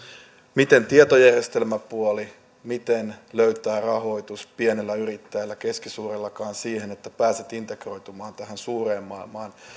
miten tietojärjestelmäpuoli miten löytää rahoitus pienelle yrittäjälle keskisuurellekaan siihen että pääsee integroitumaan tähän suureen maailmaan